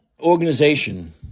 organization